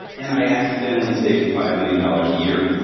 and i accidentally saved five million dollars a year.